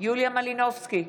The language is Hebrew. יוליה מלינובסקי,